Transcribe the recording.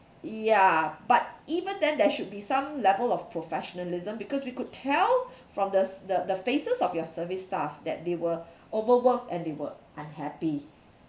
yeah but even then there should be some level of professionalism because we could tell from the s~ the the faces of your service staff that they were overworked and they were unhappy